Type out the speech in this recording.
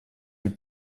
mit